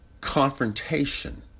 confrontation